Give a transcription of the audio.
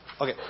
Okay